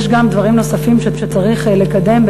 יש גם דברים נוספים שצריך לקדם,